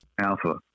Alpha